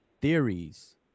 theories